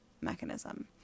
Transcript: mechanism